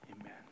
Amen